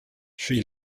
sri